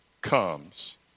comes